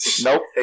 Nope